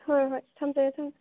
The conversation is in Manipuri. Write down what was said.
ꯍꯣꯏ ꯍꯣꯏ ꯊꯝꯖꯔꯦ ꯊꯝꯖꯔꯦ